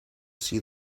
see